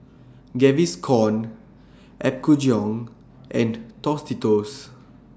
Gaviscon Apgujeong and Tostitos